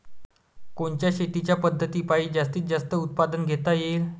कोनच्या शेतीच्या पद्धतीपायी जास्तीत जास्त उत्पादन घेता येईल?